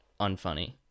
unfunny